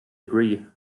agree